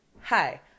Hi